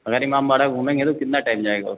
अगर इमामबाड़ा घूमेंगे तो कितना टाइम जायेगा उसमें